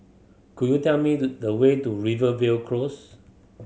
could you tell me the way to Rivervale Close